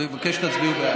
מבקש שתצביעו בעד.